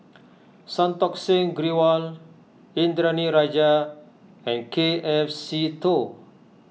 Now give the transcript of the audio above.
Santokh Singh Grewal Indranee Rajah and K F Seetoh